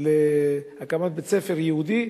להקמת בית-ספר יהודי,